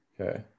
Okay